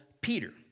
Peter